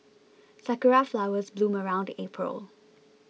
sakura flowers bloom around April